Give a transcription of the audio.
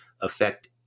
affect